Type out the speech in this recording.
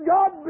God